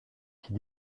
qui